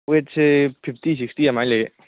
ꯋꯦꯠꯁꯦ fifty sixty ꯑꯗꯨꯃꯥꯏꯅ ꯂꯩꯌꯦ